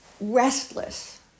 restless